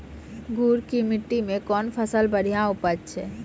गुड़ की मिट्टी मैं कौन फसल बढ़िया उपज छ?